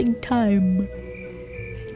time